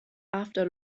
after